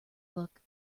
look